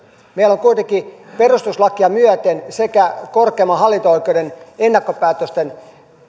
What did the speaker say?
meillä on kuitenkin perustuslakia myöten sekä korkeimman hallinto oikeuden ennakkopäätösten